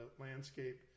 landscape